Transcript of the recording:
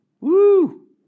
Woo